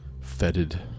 fetid